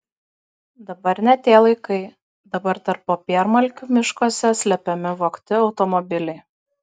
dabar ne tie laikai dabar tarp popiermalkių miškuose slepiami vogti automobiliai